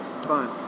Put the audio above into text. fine